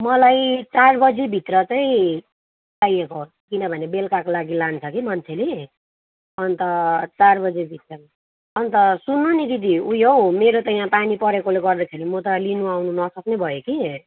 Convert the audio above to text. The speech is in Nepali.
मलाई चार बजीभित्र चाहिँ चाहिएको किनभने बेलुकाको लागि लान्छ कि मान्छेले अन्त चार बजीभित्र चाहिएको अन्त सुन्नु नि दिदी उयो हौ मेरो त यहाँ पानी परेकोले गर्दाखेरि म त लिनु आउनु नसक्ने भएँ कि